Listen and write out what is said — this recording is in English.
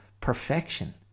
perfection